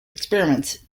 experiments